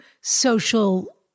social